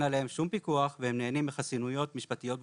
עליהם שום פיקוח והם נהנים מחסינויות משפטיות מופרזות.